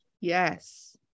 Yes